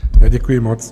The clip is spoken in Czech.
Děkuji moc.